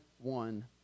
one